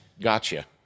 gotcha